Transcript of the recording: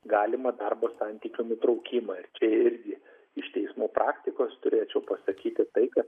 galimą darbo santykių nutraukimą ir čia irgi iš teismų praktikos turėčiau pasakyti tai kad